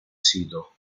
sito